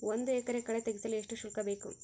ಒಂದು ಎಕರೆ ಕಳೆ ತೆಗೆಸಲು ಎಷ್ಟು ಶುಲ್ಕ ಬೇಕು?